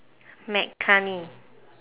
mccartney